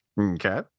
okay